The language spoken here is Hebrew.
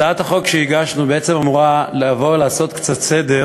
הצעת החוק שהגשנו בעצם אמורה לעשות קצת סדר